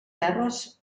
terres